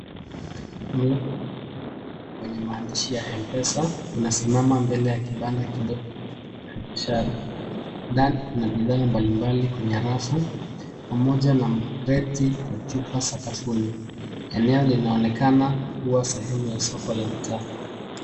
Kwenye maandishi ya M-Pesa kunasimama mbele ya kibanda kidogo la biashara ndani kuna bidhaa mbalimbali kwenye rafu pamoja na kreti ya chupa sakafuni. Eneo linaonekana kuwa sehemu ya soko la mtaa.